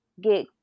get